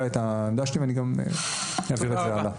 את העמדה שלי ואני גם אעביר את זה הלאה.